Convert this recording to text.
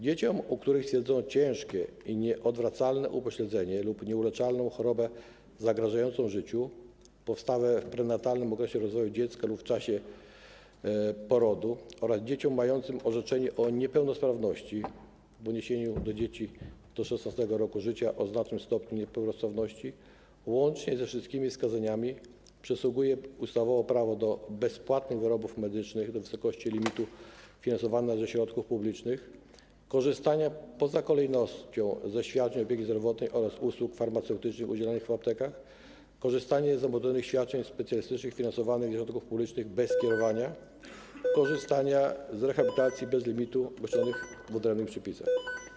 Dzieciom, u których stwierdzono ciężkie i nieodwracalne upośledzenie lub nieuleczalną chorobę zagrażającą życiu, powstałe w prenatalnym okresie rozwoju dziecka lub w czasie porodu, oraz dzieciom mającym orzeczenie o niepełnosprawności, w odniesieniu do dzieci do 16. roku życia o znacznym stopniu niepełnosprawności, łącznie ze wszystkimi wskazaniami, przysługuje ustawowo prawo do bezpłatnych wyrobów medycznych do wysokości limitu finansowanego ze środków publicznych, korzystania poza kolejnością ze świadczeń opieki zdrowotnej oraz usług farmaceutycznych udzielanych w aptekach, korzystania ze świadczeń specjalistycznych finansowanych ze środków publicznych bez skierowania, korzystanie z rehabilitacji bez limitu, wyszczególnionych w odrębnych przepisach.